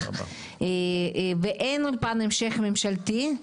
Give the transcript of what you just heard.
ואין אולפן המשך ממשלתי,